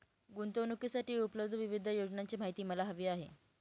गुंतवणूकीसाठी उपलब्ध विविध योजनांची माहिती मला हवी आहे